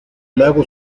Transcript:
lago